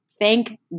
Thank